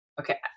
Okay